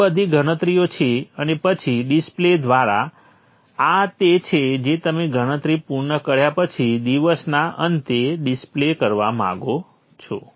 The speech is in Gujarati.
આ બધી ગણતરીઓ છે અને પછી ડિસ્પ્લે દ્વારા આ તે છે જે તમે ગણતરી પૂર્ણ કર્યા પછી દિવસના અંતે ડિસ્પ્લે કરવા માંગો છો